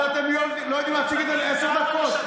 אבל אתם לא יודעים להציג את זה עשר דקות,